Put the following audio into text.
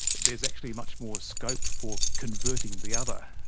there's actually much more scope for converting the other.